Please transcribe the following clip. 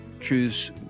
choose